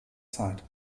zeit